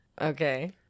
Okay